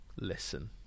listen